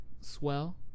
swell